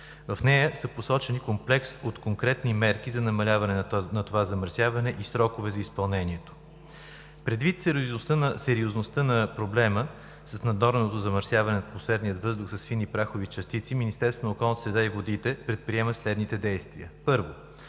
В нея са посочени комплекс от конкретни мерки за намаляване на това замърсяване и срокове за изпълнението им. Предвид сериозността на проблема с наднорменото замърсяване на атмосферния въздух с фини прахови частици, Министерството на околната среда